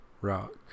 rock